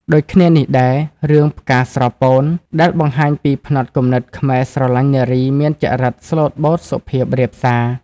ដូចគ្នានេះដែរ រឿង «ផ្កាស្រពោន» ដែលបង្ហាញពីផ្នត់គំនិតខ្មែរស្រឡាញ់នារីមានចរិតស្លូតបូតសុភាពរាបសារ។